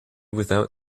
without